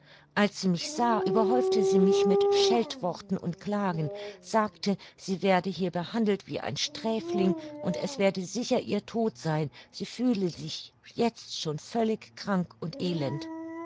als sie mich sah überhäufte sie mich mit scheltworten und klagen sagte sie werde hier behandelt wie ein sträfling und es werde sicher ihr tod sein sie fühle sich jetzt schon völlig krank und elend